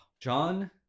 John